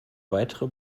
weitere